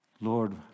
Lord